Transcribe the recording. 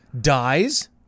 dies